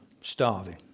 starving